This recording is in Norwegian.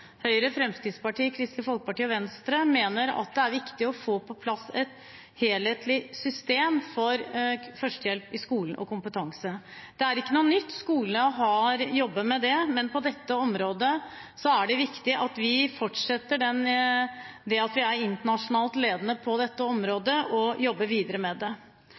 Høyre, Fremskrittspartiet, Kristelig Folkeparti og Venstre, mener at det er viktig å få på plass et helhetlig system for kompetanse på førstehjelp i skolen. Det er ikke noe nytt, skolen har jobbet med det. Men vi er internasjonalt ledende på dette området, og det er viktig at vi fortsetter å være det, og jobber videre med det. Komiteen ser også fram til den nasjonale førstehjelpsstrategien som Helsedirektoratet jobber med.